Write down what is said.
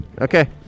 Okay